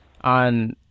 on